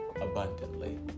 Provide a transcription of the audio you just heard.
abundantly